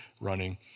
running